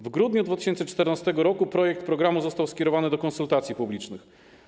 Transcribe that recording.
W grudniu 2014 r. projekt programu został skierowany do konsultacji publicznych.